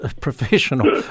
professional